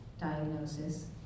diagnosis